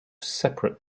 separate